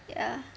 ya